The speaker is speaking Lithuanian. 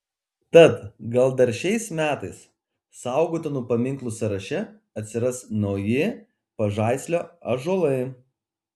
tad gal dar šiais metais saugotinų paminklų sąraše atsiras nauji pažaislio ąžuolai